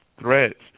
threats